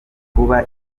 kuba